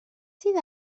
sydd